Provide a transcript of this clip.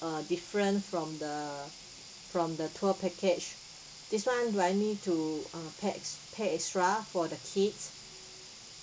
uh different from the from the tour package this one do I need to uh pays pay extra for the kids